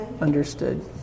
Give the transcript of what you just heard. Understood